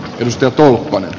kivistö tulvan